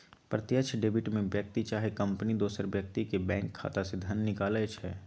प्रत्यक्ष डेबिट में व्यक्ति चाहे कंपनी दोसर व्यक्ति के बैंक खता से धन निकालइ छै